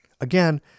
Again